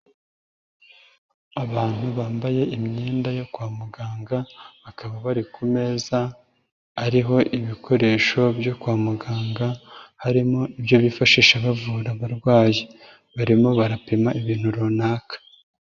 Abantu bambaye imyenda yo kwa muganga bakaba bari ku meza ariho ibikoresho byo kwa muganga, harimo ibyo bifashisha bavura abarwayi. Barimo barapima ibintu runaka.